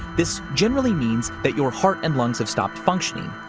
this generally means that your heart and lungs have stopped functioning.